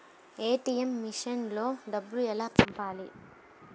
ATM మెషిన్లో డబ్బులు ఎలా పంపాలి?